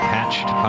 Patched